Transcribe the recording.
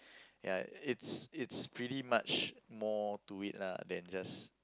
ya it's it's pretty much more to it lah than just